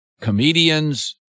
comedians